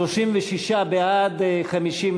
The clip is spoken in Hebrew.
הצעת סיעת